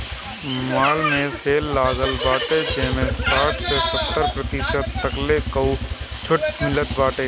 माल में सेल लागल बाटे जेमें साठ से सत्तर प्रतिशत तकले कअ छुट मिलत बाटे